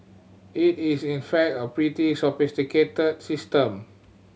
it is in fact a pretty sophisticated system